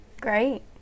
Great